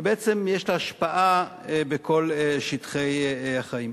בעצם יש לה השפעה בכל שטחי החיים.